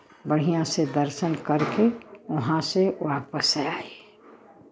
बढ़ियाँ से दर्शन करके वहाँ से वापस आए